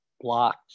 blocks